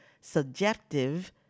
subjective